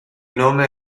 nome